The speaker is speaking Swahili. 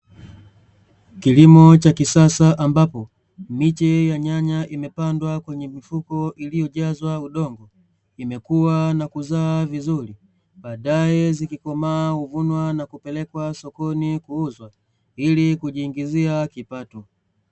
Kilimo cha kisasa ambapo miche ya nyanya imepandwa kwenye mifuko iliyojazwa udongo, imekuwa na kuzaa vizuri baadae zikikomaa huvunwa na kupelekwa sokoni kuuzwa ili kujiingizia kipato.